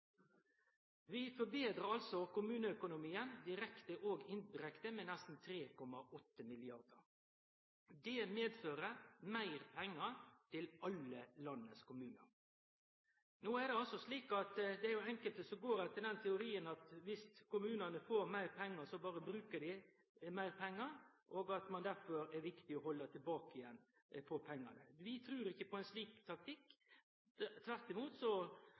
Vi forbetrar altså kommuneøkonomien direkte og indirekte med nesten 3,8 mrd. kr. Det medfører meir pengar til alle landets kommunar. Det er enkelte som går etter teorien om at viss kommunane får meir pengar, berre brukar dei meir pengar, og at det derfor er viktig å halde igjen på pengane. Vi trur ikkje på ein slik taktikk. Tvert imot